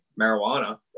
marijuana